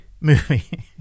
movie